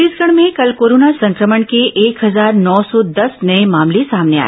छत्तीसगढ में कल कोरोना संक्रमण के एक हजार नौ सौ दस नये मामले सामने आए